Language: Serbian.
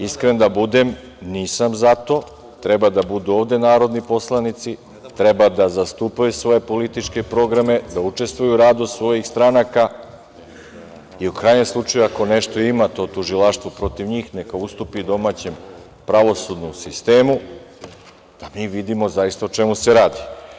Iskren da budem nisam za to, treba da budu ovde narodni poslanici, treba da zastupaju svoje političke programe, da učestvuju u radu svojih stranaka i u krajnjem slučaju ako nešto ima to tužilaštvo protiv njih neka ustupi domaćem pravosudnom sistemu, da mi vidimo o čemu se radi.